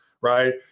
right